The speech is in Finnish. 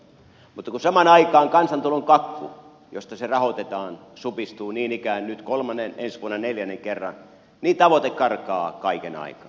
mutta kun samaan aikaan kansantulon kakku josta se rahoitetaan supistuu niin ikään nyt kolmannen ensi vuonna neljännen kerran tavoite karkaa kaiken aikaa